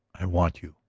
i want you,